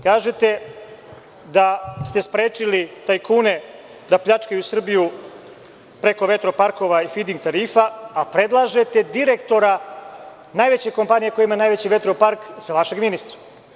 Kažete da ste sprečili tajkune da pljačkaju Srbiju preko vetroparkova i fiding tarifa, a predlažete direktora najveće kompanije koja ima najveći vetropark za vašeg ministra.